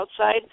outside